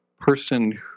person